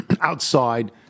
outside